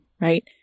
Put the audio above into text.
right